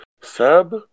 seb